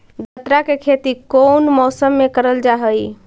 गन्ना के खेती कोउन मौसम मे करल जा हई?